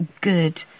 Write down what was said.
good